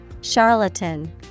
Charlatan